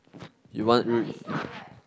you want r~